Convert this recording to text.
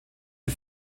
die